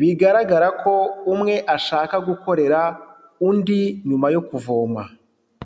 bigaragara ko umwe ashaka gukorera undi nyuma yo kuvoma.